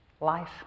life